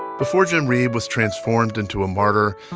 before jim reeb was transformed into a martyr,